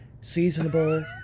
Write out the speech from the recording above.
Seasonable